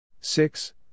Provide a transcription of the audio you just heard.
six